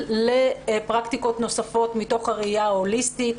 לפרקטיקות נוספות מתוך הראייה ההוליסטית,